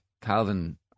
Calvin